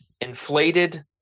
inflated